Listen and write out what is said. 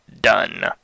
done